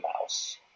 mouse